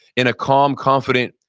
in a calm, confident,